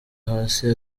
hasi